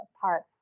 parts